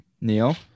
Neil